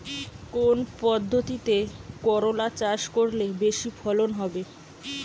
কোন পদ্ধতিতে করলা চাষ করলে বেশি ফলন হবে?